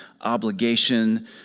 obligation